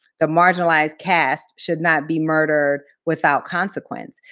the marginalized caste should not be murdered without consequence.